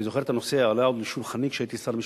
אני זוכר שהנושא עלה על שולחני עוד כשהייתי שר המשפטים,